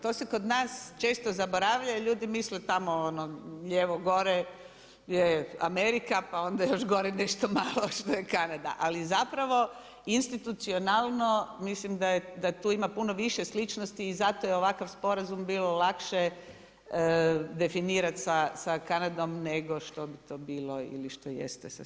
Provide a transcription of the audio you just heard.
To se kod nas često zaboravlja i ljudi misle tamo ono lijevo gore je Amerika, pa onda još gore nešto malo što je Kanada, ali zapravo institucionalno, mislim da tu ima puno više sličnosti i zato je ovakav sporazum bilo lakše definirati sa Kanadom nego što bi to bilo ili što jeste sa SAD-om.